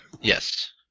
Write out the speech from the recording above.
Yes